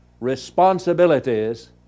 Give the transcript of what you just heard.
responsibilities